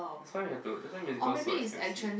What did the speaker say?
that's why you've to that's why musical so expensive